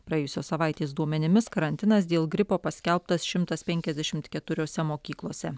praėjusios savaitės duomenimis karantinas dėl gripo paskelbtas šimtas penkiasdešimt keturiose mokyklose